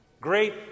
Great